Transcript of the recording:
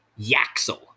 Yaxel